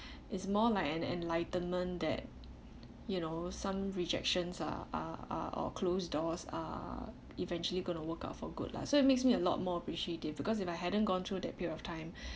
it's more like an enlightenment that you know some rejections are are or closed doors are eventually gonna work out for good lah so it makes me a lot more appreciative because if I hadn't gone through that period of time